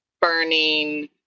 burning